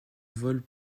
vol